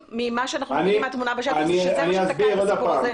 אני אסביר שוב.